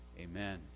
amen